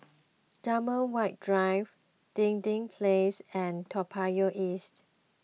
Graham White Drive Dinding Place and Toa Payoh East